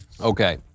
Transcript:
Okay